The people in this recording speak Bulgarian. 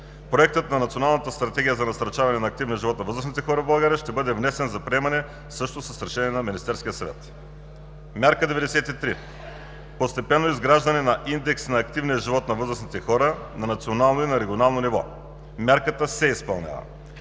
Проектът на Националната стратегия за насърчаване на активния живот на възрастните хора в България ще бъде внесен за приемане също с решение на Министерския съвет. Мярка 93: Постепенно изграждане на Индекс на активния живот на възрастните хора на национално и на регионално ниво –мярката се изпълнява.